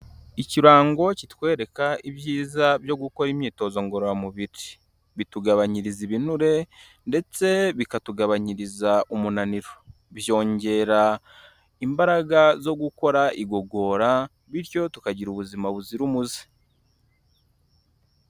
Ikirango kitwereka ibyiza byo gukora imyitozo ngororamubiri, bitugabanyiriza ibinure ndetse bikatugabanyiriza umunaniro, byongera imbaraga zo gukora igogora bityo tukagira ubuzima buzira umuze.